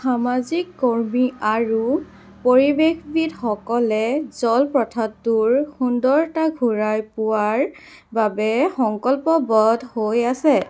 সামাজিক কৰ্মী আৰু পৰিৱেশবিদসকলে জলপ্ৰপাতটোৰ সুন্দৰতা ঘূৰাই পোৱাৰ বাবে সংকল্পবদ্ধ হৈ আছে